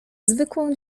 zwykłą